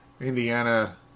Indiana